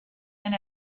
and